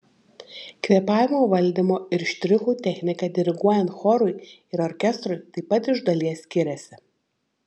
kvėpavimo valdymo ir štrichų technika diriguojant chorui ir orkestrui taip pat iš dalies skiriasi